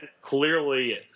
clearly